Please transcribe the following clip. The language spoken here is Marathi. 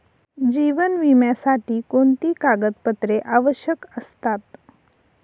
जीवन विम्यासाठी कोणती कागदपत्रे आवश्यक असतात?